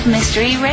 Mystery